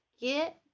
get